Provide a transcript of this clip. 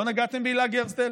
לא נגעתם בהילה גרסטל.